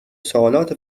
سوالات